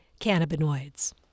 cannabinoids